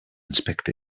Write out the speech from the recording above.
inspect